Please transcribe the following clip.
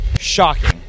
shocking